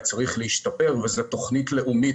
חלק מתוכנית לאומית,